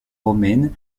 romaine